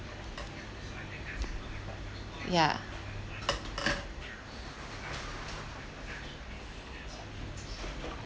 yeah